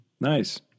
Nice